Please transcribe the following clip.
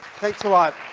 thanks a lot.